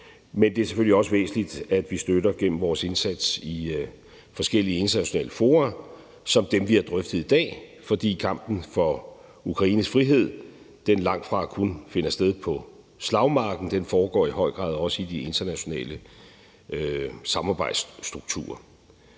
Men det er selvfølgelig også væsentligt, at vi støtter gennem vores indsats i forskellige internationale fora som dem, vi har drøftet i dag, fordi kampen for Ukraines frihed langtfra kun finder sted på slagmarken. Den foregår i høj grad også i de internationale samarbejdsstrukturer.